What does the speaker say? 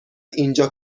اینجا